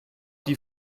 die